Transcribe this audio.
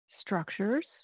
Structures